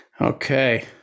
Okay